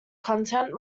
content